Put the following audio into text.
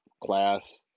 class